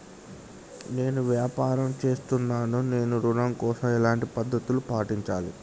నేను వ్యాపారం చేస్తున్నాను నేను ఋణం కోసం ఎలాంటి పద్దతులు పాటించాలి?